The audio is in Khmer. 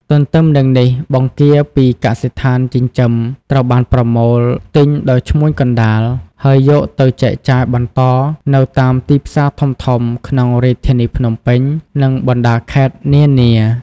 ទន្ទឹមនឹងនេះបង្គាពីកសិដ្ឋានចិញ្ចឹមត្រូវបានប្រមូលទិញដោយឈ្មួញកណ្ដាល ហើយយកទៅចែកចាយបន្តនៅតាមទីផ្សារធំៗក្នុងរាជធានីភ្នំពេញ និងបណ្តាខេត្តនានា។